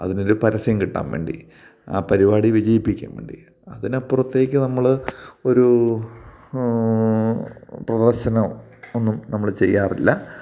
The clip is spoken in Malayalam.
അതിനൊരു പരസ്യം കിട്ടാൻ വേണ്ടി ആ പരിപാടി വിജയിപ്പിക്കാൻ വേണ്ടി അതിനപ്പുറത്തേക്ക് നമ്മൾ ഒരു പ്രദർശനമോ ഒന്നും നമ്മൾ ചെയ്യാറില്ല